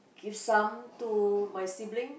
give some to my sibling